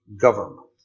government